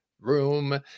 room